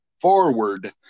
forward